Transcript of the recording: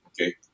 Okay